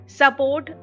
support